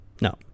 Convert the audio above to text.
No